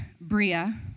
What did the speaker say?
Bria